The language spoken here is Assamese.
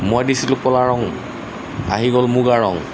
মই দিছিলোঁ ক'লা ৰং আহি গ'ল মুগা ৰং